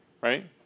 right